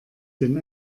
den